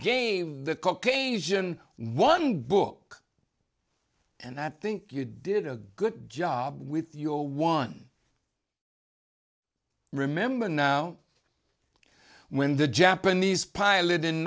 game the cook asian one book and i think you did a good job with your one remember now when the japanese pilot in